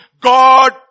God